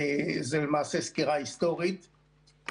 וזו למעשה סקירה היסטורית.